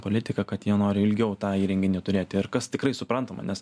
politika kad jie nori ilgiau tą įrenginį turėti ir kas tikrai suprantama nes